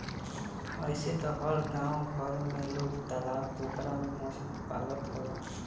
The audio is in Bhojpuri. अइसे तअ हर गांव घर में लोग तालाब पोखरा में मछरी पालत हवे